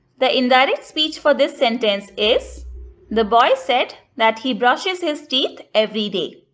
the indirect speech for this sentence is the boy said that he brushes his teeth every day.